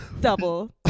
double